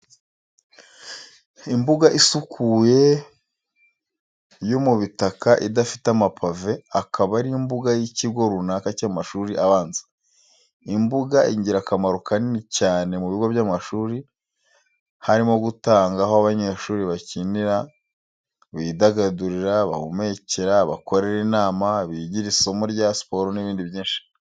Imbuga isukuye yo mu bitaka idafite amapave, akaba ari imbuga y'ikigo runaka cy'amashuri abanza. Imbuga igira akamaro kanini cyane mu bigo by'amashuri, harimo gutanga aho abanyeshuri bakinira, bidagadurira, bahumekera, bakorera inama, bigira isomo rya siporo n'ibindi byinshi.